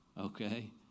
Okay